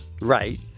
Right